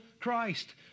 Christ